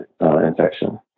infection